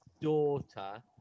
daughter